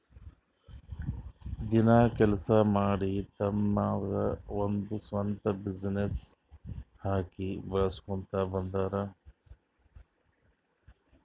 ದಿನ ಕೆಲ್ಸಾ ಮಾಡಿ ತಮ್ದೆ ಒಂದ್ ಸ್ವಂತ ಬಿಸಿನ್ನೆಸ್ ಹಾಕಿ ಬೆಳುಸ್ಕೋತಾ ಬಂದಾರ್